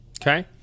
okay